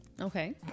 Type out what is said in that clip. Okay